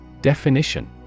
Definition